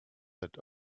that